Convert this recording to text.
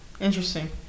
interesting